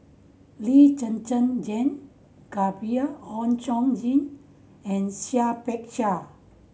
Lee Zhen Zhen Jane Gabriel Oon Chong Jin and Seah Peck Seah